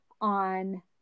on